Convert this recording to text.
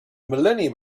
millennium